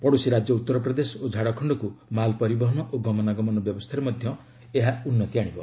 ପଡ଼ୋଶୀ ରାଜ୍ୟ ଉତ୍ତରପ୍ରଦେଶ ଓ ଝାଡ଼ଖଣ୍ଡକୁ ମାଲ ପରିବହନ ଓ ଗମନାଗମନ ବ୍ୟବସ୍ଥାରେ ମଧ୍ୟ ଏହା ଉନ୍ନତି ଆଣିବ